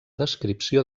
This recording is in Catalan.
descripció